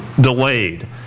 delayed